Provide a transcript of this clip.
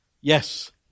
Yes